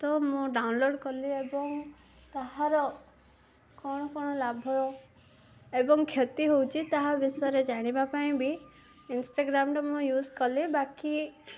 ତ ମୁଁ ଡାଉନଲୋଡ଼ କଲି ଏବଂ ତାହାର କଣ କଣ ଲାଭ ଏବଂ କ୍ଷତି ହେଉଛି ତାହା ବିଷୟରେ ଜାଣିବା ପାଇଁ ବି ଇନଷ୍ଟାଗ୍ରାମଟା ମୁଁ ୟୁଜ କଲି ବାକି